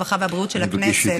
הרווחה והבריאות של הכנסת,